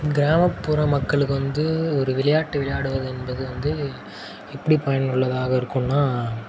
கிராமப்புற மக்களுக்கு வந்து ஒரு விளையாட்டு விளையாடுவது என்பது வந்து எப்படி பயனுள்ளதாக இருக்குதுன்னா